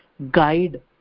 guide